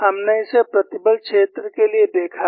हमने इसे प्रतिबल क्षेत्र के लिए देखा है